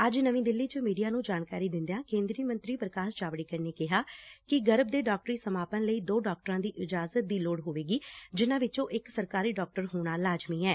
ਅੱਜ ਨਵੀਂ ਦਿੱਲੀ ਚ ਮੀਡੀਆ ਨੂੰ ਜਾਣਕਾਰੀ ਦਿੰਦਿਆਂ ਕੇਂਦਰੀ ਮੰਤਰੀ ਪ੍ਰਕਾਸ਼ ਜਾਵੜੇਕਰ ਨੇ ਕਿਹਾ ਕਿ ਗਰਭ ਦੇ ਡਾਕਟਰੀ ਸਮਾਪਨ ਲਈ ਦੋ ਡਾਕਟਰਾਂ ਦੀ ਇਜਾਜ਼ਤ ਦੀ ਲੋੜ ਹੋਵੇਗੀ ਜਿਨ੍ਹਾਂ ਵਿਚੋਂ ਇਕ ਸਰਕਾਰੀ ਡਾਕਟਰ ਹੋਣਾ ਲਾਜ਼ਮੀ ਐ